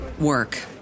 work